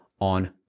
on